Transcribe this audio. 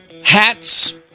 hats